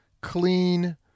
Clean